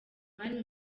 mani